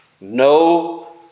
no